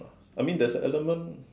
I mean there's element